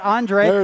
Andre